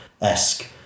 esque